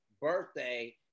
birthday